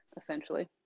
essentially